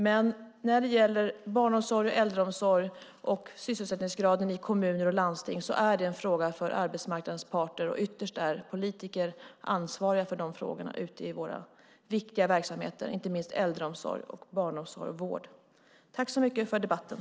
Men barnomsorg, äldreomsorg och sysselsättningsgraden i kommuner och landsting är en fråga för arbetsmarknadens parter, och ytterst är politiker ute i våra viktiga verksamheter, inte minst i äldreomsorg, barnomsorg och vård, ansvariga för de frågorna. Tack för debatten!